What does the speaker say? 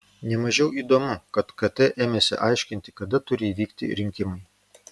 ne mažiau įdomu kad kt ėmėsi aiškinti kada turi įvykti rinkimai